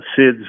SIDS